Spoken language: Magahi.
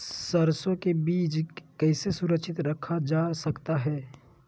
सरसो के बीज कैसे सुरक्षित रखा जा सकता है?